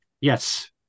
yes